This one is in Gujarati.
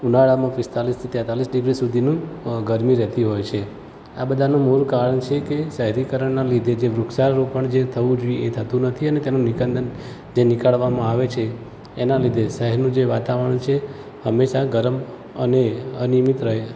ઊનાળામાં પિસ્તાળીસથી તેંતાળીસ ડિગ્રી સુધીની ગરમી રહેતી હોય છે આ બધાનું મૂળ કારણ છે કે શહેરીકરણનાં લીધે જે વૃક્ષારોપણ જે થવું જોઈએ એ થતું નથી અને તેનું નિકંદન જે નીકાળવામાં આવે છે એના લીધે શહેરનું જે વાતાવરણ છે હંમેશા ગરમ અને અનિયમિત રહે